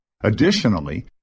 Additionally